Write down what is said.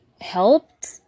helped